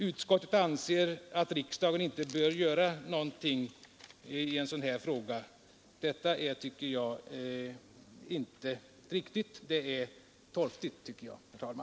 Utskottet anser att riksdagen inte bör göra någonting i en sådan här fråga. Detta är, tycker jag, inte riktigt — det är, herr talman, torftigt.